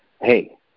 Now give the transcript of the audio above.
hey